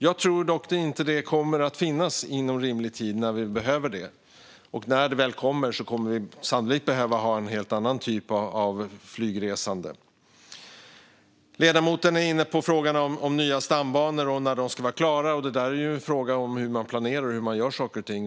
Jag tror dock inte att det kommer att finnas inom rimlig tid när vi behöver det. När det väl kommer behöver vi sannolikt att behöva ha en helt annan typ av flygresande. Ledamoten är inne på frågan om nya stambanor och när de ska vara klara. Det är en fråga om hur man planerar och hur man gör saker och ting.